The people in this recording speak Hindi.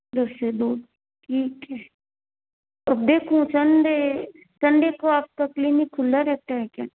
दस से दो ठीक है अब देखो संडे संडे को आपका क्लिनिक खुला रहता है क्या